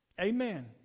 Amen